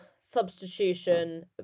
substitution